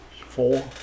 Four